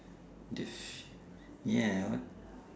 dif~ ya what